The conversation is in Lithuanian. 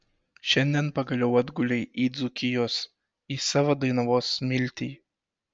šiandien pagaliau atgulei į dzūkijos į savo dainavos smiltį